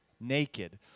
Naked